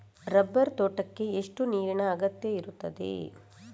Rubber ತೋಟಕ್ಕೆ ಎಷ್ಟು ನೀರಿನ ಅಗತ್ಯ ಇರುತ್ತದೆ?